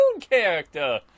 character